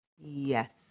Yes